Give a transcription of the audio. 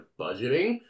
budgeting